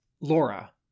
Laura